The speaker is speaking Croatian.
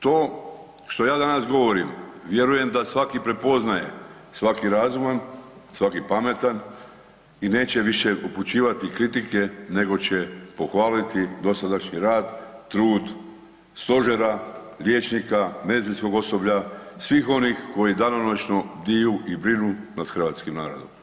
To što ja danas govorim vjerujem da svaki prepoznaje, svaki razuman, svaki pametan i neće više upućivati kritike nego će pohvaliti dosadašnji rad, trud stožera, liječnika, medicinskog osoblja, svih onih koji danonoćno bdiju i brinu nad hrvatskim narodom.